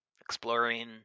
exploring